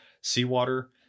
seawater